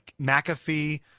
McAfee